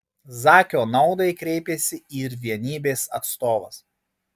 zakio naudai kreipėsi ir vienybės atstovas